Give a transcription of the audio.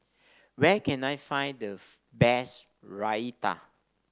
where can I find the best Raita